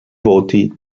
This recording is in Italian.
voti